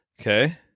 Okay